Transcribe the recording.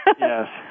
Yes